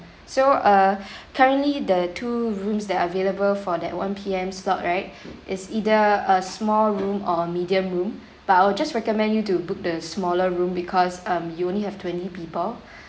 so uh currently the two rooms that are available for that one P_M slot right is either a small room or a medium room but I will just recommend you to book the smaller room because um you only have twenty people